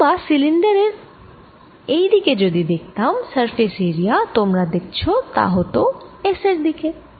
অথবা সিলিন্ডার এর এইদিকে যদি দেখতাম সারফেস এরিয়া তোমরা দেখছ হত S এর দিকে